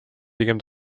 pigem